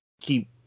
keep